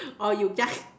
or you just